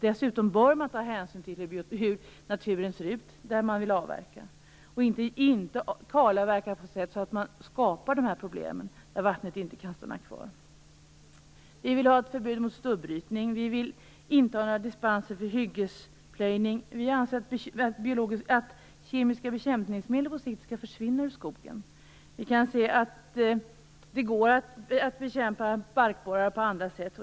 Dessutom bör man ta hänsyn till hur naturen ser ut där man vill avverka. Man skall inte kalavverka på ett sätt som skapar dessa problem där vattnet inte kan stanna kvar. Vi vill ha ett förbud mot stubbrytning. Vi vill inte ha några dispenser för hyggesplöjning. Vi anser att kemiska bekämpningsmedel på sikt skall försvinna ur skogen. Det går att bekämpa barkborrar på andra sätt.